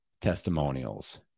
testimonials